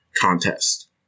contest